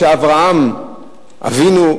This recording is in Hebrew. ואברהם אבינו,